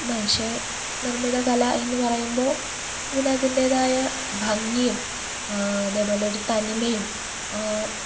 മനുഷ്യ നിര്മ്മിത കല എന്നു പറയുമ്പോൾ അതിന് അതിന്റ്റേതായ ഭംഗിയും അതേപോലൊരു തനിമയും